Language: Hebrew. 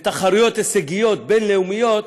לתחרויות הישגיות בין-לאומיות,